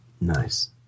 Nice